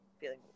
feeling